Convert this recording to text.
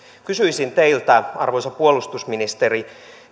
kysyisin teiltä arvoisa puolustusministeri